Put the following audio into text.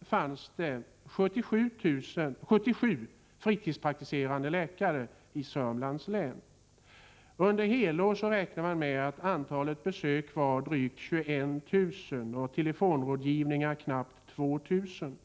fanns där 77 fritidspraktiserande läkare. Man räknade med att under helår var antalet besök drygt 21 000 och antalet telefonrådgivningar knappt 2 000.